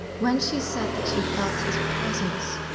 when she said that she felt his presence,